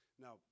Now